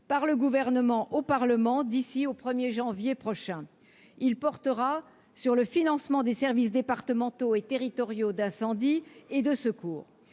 par le Gouvernement au Parlement d'ici au 1janvier prochain. Il portera sur le financement des services départementaux et territoriaux d'incendie et de secours.